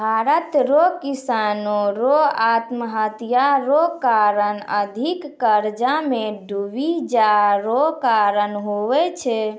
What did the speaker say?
भारत रो किसानो रो आत्महत्या रो कारण अधिक कर्जा मे डुबी जाय रो कारण हुवै छै